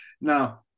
Now